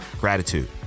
gratitude